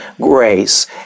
grace